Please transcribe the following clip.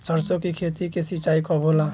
सरसों की खेती के सिंचाई कब होला?